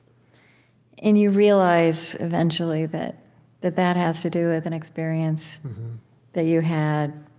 and you realize, eventually, that that that has to do with an experience that you had,